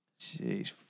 Jeez